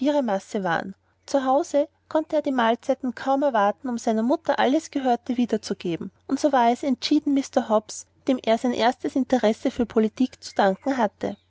masse waren zu hause konnte er die mahlzeit kaum erwarten um seiner mama alles gehörte wiederzugeben und so war es entschieden mr hobbs dem er sein erstes interesse für politik zu danken hatte